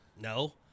no